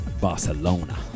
Barcelona